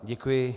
Děkuji.